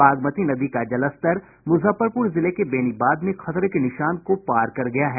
बागमती नदी का जलस्तर मुजफ्फरपुर जिले के बेनीबाद में खतरे के निशान को पार कर गया है